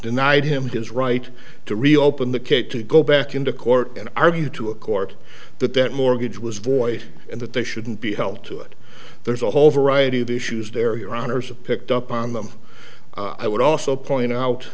denied him his right to reopen the kid to go back into court and argue to a court that that mortgage was void and that they shouldn't be held to it there's a whole variety of issues there your honour's of picked up on them i would also point out